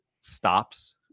stops